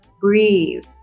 Breathe